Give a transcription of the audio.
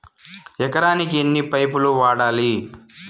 ఎకరాకి ఎన్ని పైపులు వాడాలి?